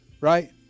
right